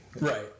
Right